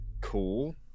cool